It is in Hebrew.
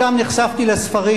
שם נחשפתי לספרים.